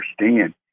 understand